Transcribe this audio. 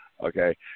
okay